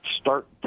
Start